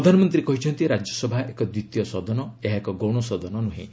ପ୍ରଧାନମନ୍ତ୍ରୀ କହିଛନ୍ତି ରାଜ୍ୟସଭା ଏକ ଦ୍ୱିତୀୟ ସଦନ ଏହା ଏକ ଗୌଣ ସଦନ ନୁହେଁ